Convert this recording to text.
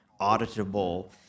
auditable